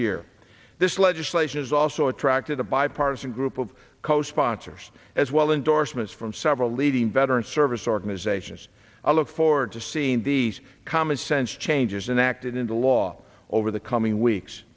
year this legislation is also attracted a bipartisan group of co sponsors as well endorsements from several leading veteran service organizations i look forward to seeing these common sense changes in act into law over the coming weeks